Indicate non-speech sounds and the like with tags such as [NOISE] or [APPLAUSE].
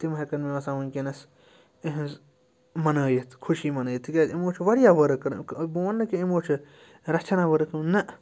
تِم ہٮ۪کَن مےٚ باسان وٕنۍکٮ۪نَس یِہِنٛز مَنٲوِتھ خوشی مَنٲوِتھ تِکیٛازِ یِمو چھِ واریاہ ؤرٕک بہٕ وَنہٕ نہٕ کہِ یِمو چھِ رَژھِ ہنہ ؤرٕک [UNINTELLIGIBLE] نہ